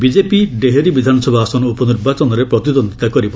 BJP Dehri ବିଧାନସଭା ଆସନ ଉପନିର୍ବାଚନରେ ପ୍ରତିଦ୍ୱନ୍ଦ୍ୱିତା କରିବ